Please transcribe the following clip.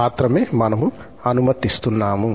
మాత్రమే మనము అనుమతిస్తున్నాము